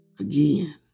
again